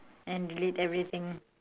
then delete everything